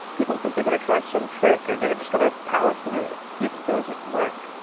people think they're gonna try some trick or they're just gonna power through it. it doesn't work.